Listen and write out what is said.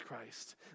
Christ